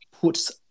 puts